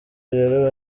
rero